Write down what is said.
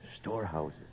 Storehouses